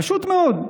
פשוט מאוד,